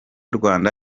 rwanda